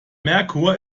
merkur